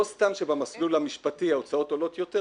סתם שבמסלול המשפטי ההוצאות עולות יותר,